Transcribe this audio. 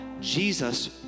Jesus